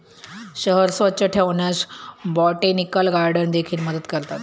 शहर स्वच्छ ठेवण्यास बोटॅनिकल गार्डन देखील मदत करतात